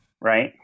right